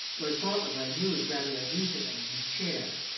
lord fauntleroy moved rather uneasily in his chair.